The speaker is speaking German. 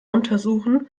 untersuchen